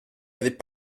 avait